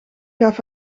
gaf